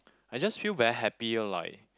I just feel very happy or like